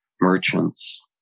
merchants